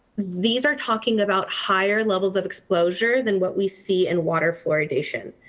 these are talking about higher levels of exposure than what we see in water fluoridation.